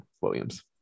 williams